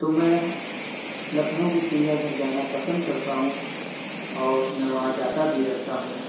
تو میں لکھنؤ کی چڑیا گھر جانا پسند کرتا ہوں اور میں وہاں جاتا بھی رہتا ہوں